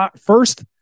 first